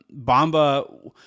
Bamba